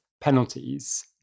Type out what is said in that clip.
penalties